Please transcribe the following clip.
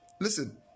listen